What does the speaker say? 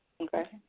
Okay